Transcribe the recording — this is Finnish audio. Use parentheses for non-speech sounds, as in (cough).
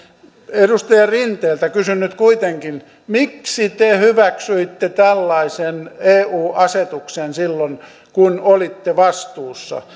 edustaja rinteeltä kysyn nyt kuitenkin miksi te hyväksyitte tällaisen eu asetuksen silloin kun olitte vastuussa (unintelligible)